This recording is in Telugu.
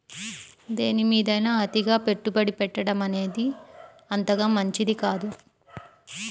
దేనిమీదైనా అతిగా పెట్టుబడి పెట్టడమనేది అంతగా మంచిది కాదు